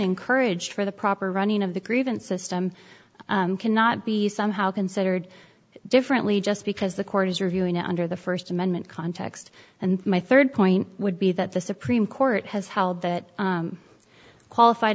encouraged for the proper running of the grievances cannot be somehow considered differently just because the court is reviewing it under the first amendment context and my third point would be that the supreme court has held that qualified